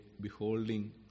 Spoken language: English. beholding